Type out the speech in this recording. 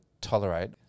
tolerate